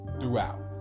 throughout